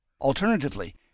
Alternatively